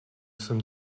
jsem